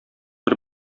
бер